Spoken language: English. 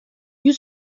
you